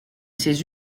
ces